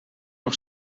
nog